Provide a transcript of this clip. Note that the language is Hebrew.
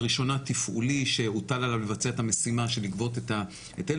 בראשונה תפעולי שהוטל עליו לבצע את המשימה של לגבות את ההיטל,